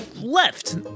left